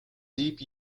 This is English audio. deep